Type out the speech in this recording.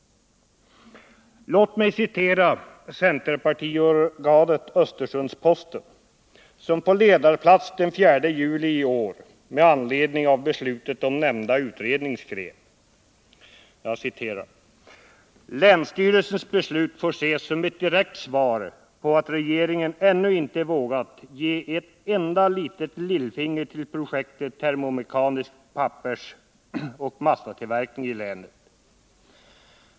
Låt mig citera centerpartiorganet Östersunds-Posten, som på ledarplats I ”Länsstyrelsens beslut får ses som ett direkt svar på att regeringen ännu inte vågat ge ett enda litet lillfinger till projekt termomekanisk pappersoch massatillverkning i länet.